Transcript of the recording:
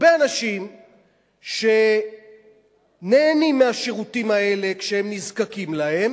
הרבה אנשים שנהנים מהשירותים האלה כשהם נזקקים להם,